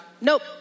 Nope